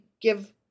give